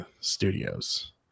Studios